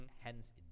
hence